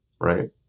right